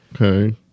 Okay